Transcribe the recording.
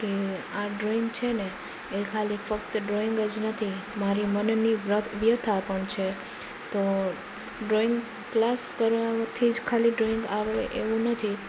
કે આ ડ્રોઈંગ છે ને એ ખાલી ફક્ત ડ્રોઈંગ જ નથી મારી મનની વ્યથા પણ છે તો ડ્રોઈંગ ક્લાસ કરવા થી જ ખાલી ડ્રોઈંગ આવડે એવું નથી